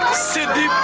siddhi